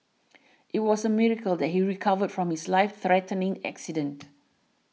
it was a miracle that he recovered from his life threatening accident